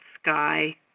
sky